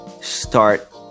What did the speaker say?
start